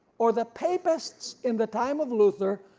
or the papists in the time of luther,